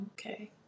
Okay